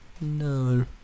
No